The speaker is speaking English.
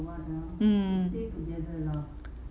mm